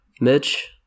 Mitch